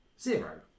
zero